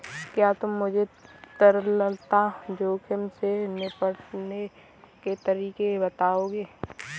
क्या तुम मुझे तरलता जोखिम से निपटने के तरीके बताओगे?